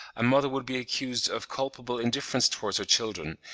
a mother would be accused of culpable indifference towards her children,